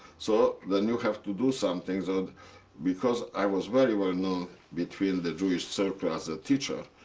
so, then you have to do something. sort of because i was very well known between the jewish circle as a teacher,